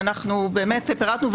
ובאמת פירטנו,